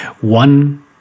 One